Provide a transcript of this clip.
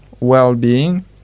well-being